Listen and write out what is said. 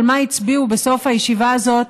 על מה הצביעו בסוף הישיבה הזאת,